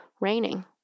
raining